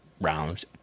round